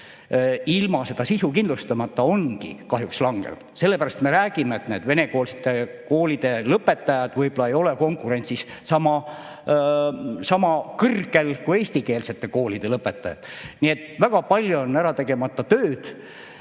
ilma õppe sisu kindlustamata ongi kahjuks langenud. Sellepärast me räägimegi, et venekeelsete koolide lõpetajad võib-olla ei ole konkurentsis sama kõrgel tasemel kui eestikeelsete koolide lõpetajad. Nii et väga palju on tegemata tööd.